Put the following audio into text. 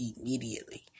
Immediately